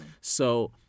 So-